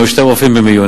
היו שני רופאים במיון,